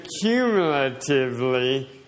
cumulatively